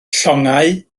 llongau